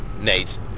Nate